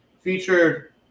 featured